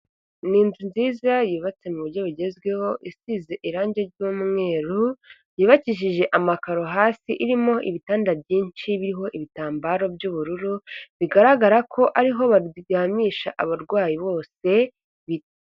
Ni inzu nziza yubatse mu buryo bugezweho isize irangi ry'umweru, yubakijije amakaro hasi, irimo ibitanda byinshi biriho ibitambaro by'ubururu, bigaragara ko ariho baryamisha abarwayi bose bi...